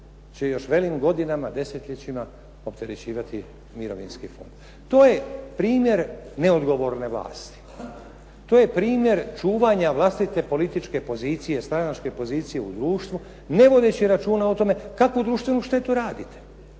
će još velim godinama, desetljećima opterećivati Mirovinski fond. To je primjer neodgovorne vlasti. To je primjer čuvanja vlastite političke pozicije, stranačke pozicije u društvu ne vodeći računa o tome kakvu društvenu štetu radite